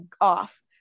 off